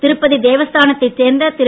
திருப்பதி தேவஸ்தானத்தைச் சேர்ந்த திரு